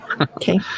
Okay